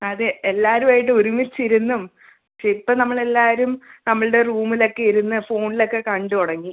അതെ എല്ലാവരുമായിട്ട് ഒരുമിച്ചിരുന്നും പക്ഷെ ഇപ്പം നമ്മളെല്ലാവരും നമ്മളുടെ റൂമിലൊക്കെ ഇരുന്ന് ഫോണിലൊക്കെ കണ്ടു തുടങ്ങി